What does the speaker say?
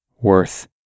worth